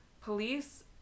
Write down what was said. police